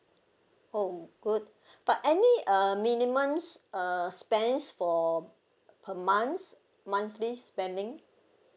oh good but any err minimums err spends for per month monthly spending